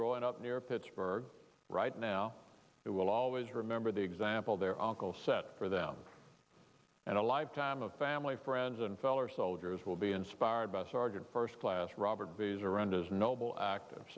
growing up near pittsburgh right now it will always remember the example there i'll go set for them and a lifetime of family friends and feller soldiers will be inspired by sergeant first class robert